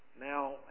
Now